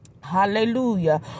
hallelujah